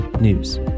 news